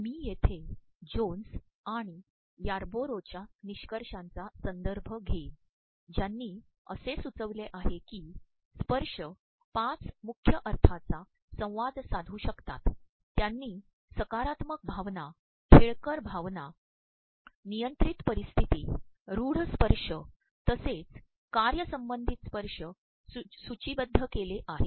मी येर्े जोन्स आणण याबोरोच्या तनष्कषाांचा संदभय घेईन ज्यांनी असे सुचप्रवले आहे की स्त्पशय पाच मुख्य अर्ाांचा संवाद साधूशकतात त्यांनी सकारात्मक भावना खेळकर भावना तनयंत्ररत पररप्स्त्र्ती रूढ स्त्पशय तसेच कायय संबंचधत स्त्पशय सूचीबद्ध के ले आहेत